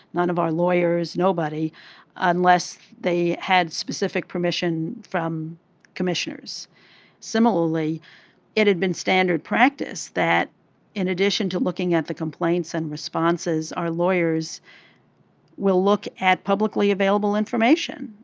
none of our lawyers nobody unless they had specific permission from commissioners similarly it had been standard practice that in addition to looking at the complaints and responses are lawyers will look at publicly available information.